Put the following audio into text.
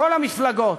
כל המפלגות,